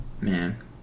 Man